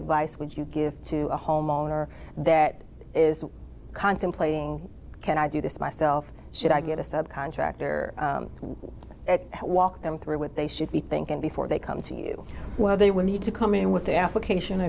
advice would you give to a homeowner that is contemplating can i do this myself should i get a subcontractor walk them through what they should be thinking before they come to you where they will need to come in with the application